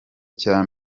cya